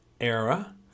era